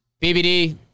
BBD